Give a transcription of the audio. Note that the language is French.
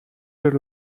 seul